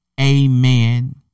Amen